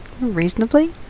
reasonably